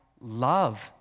love